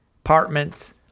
apartments